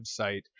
website